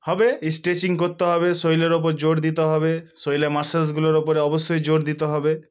হবে স্ট্রেচিং করতে হবে শরীরের উপর জোর দিতে হবে শরীলের মাসলসগুলোর উপরে অবশ্যই জোর দিতে হবে